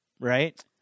right